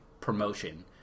promotion